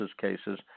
cases